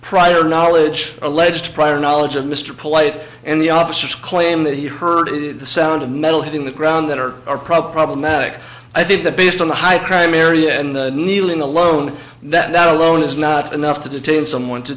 prior knowledge alleged prior knowledge of mr polite and the officers claim that he heard the sound of metal hitting the ground that are more problematic i think that based on the high crime area and kneeling alone that alone is not enough to detain someone to